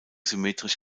symmetrisch